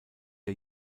der